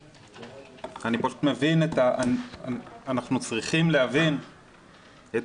אני פשוט מבין את ה אנחנו צריכים להבין את